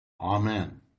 Amen